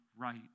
right